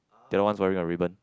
the other one's wearing a ribbon